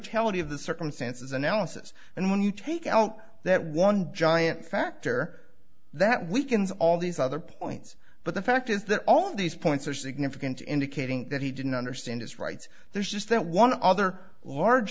totality of the circumstances analysis and when you take out that one giant factor that weakens all these other points but the fact is that all of these points are significant indicating that he didn't understand his rights there's just that one other